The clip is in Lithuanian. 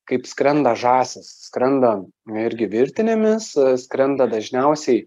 kaip skrenda žąsys skrenda irgi virtinėmis skrenda dažniausiai